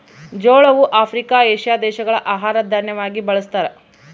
ಜೋಳವು Africa, Asia ದೇಶಗಳ ಆಹಾರ ದಾನ್ಯವಾಗಿ ಬಳಸ್ತಾರ